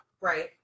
right